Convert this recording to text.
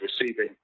receiving